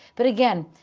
but again,